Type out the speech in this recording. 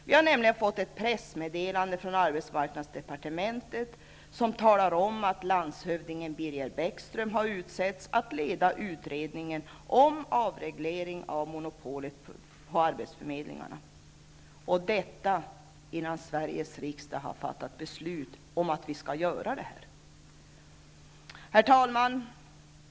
Vi har nämligen fått ett pressmeddelande från arbetsmarknadsdepartementet, som talar om att landshövding Birger Bäckström har utsetts till att leda utredningen om avreglering av monopolet på arbetsförmedlingarna, detta innan Sveriges riksdag har fattat beslut därom. Herr talman!